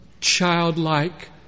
childlike